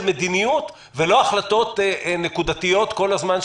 מדיניות ולא החלטות נקודתיות שצריך לקבל כל הזמן,